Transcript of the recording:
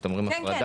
כשאתם אומרים הפרדה,